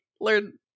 learn